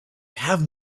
have